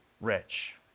rich